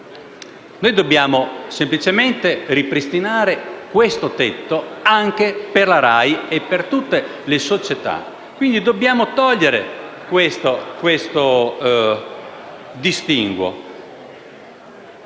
Dobbiamo semplicemente ripristinare questo tetto anche per la RAI e per tutte le società. Dobbiamo togliere questo distinguo.